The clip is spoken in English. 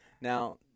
Now